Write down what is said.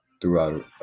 throughout